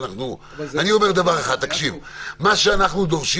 אני אומר דבר אחד: מה שאנחנו דורשים